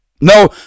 no